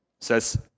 says